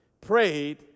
prayed